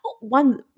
One